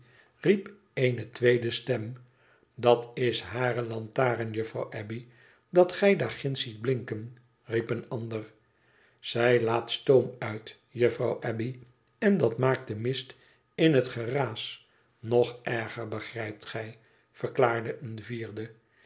riep eene tweede stem dat is hare lantaren juffrouw abbey dat gij daar ginds ziet blinken riep een ander zij laat stoom uit juffrouw abbey en dat maakt den mist en het geraas nog erger begrijpt gij verklaarde een vierde